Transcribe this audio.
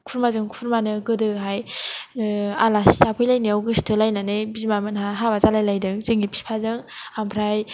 खुरमाजों खुरमानो गोदोहाय ओ आलासि जाफैलायनायाव गोसथो लायनानै बिमा मोनहा हाबा जालायदों जोंनि बिफाजों ओमफ्राय